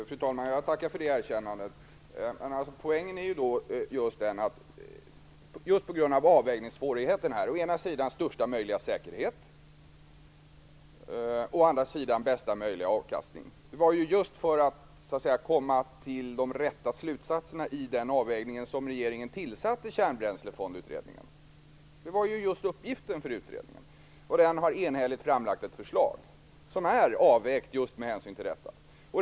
Fru talman! Jag tackar för det erkännandet. Poängen är ju just avvägningssvårigheten - å ena sidan största möjliga säkerhet, å andra sidan bästa möjliga avkastning. Det var för ju för att komma till de rätta slutsatserna i den avvägningen som regeringen tillsatte Kärnbränslefondutredningen. Det var ju just uppgiften för utredningen - och den har enhälligt framlagt ett förslag som är avvägt med hänsyn till detta.